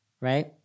right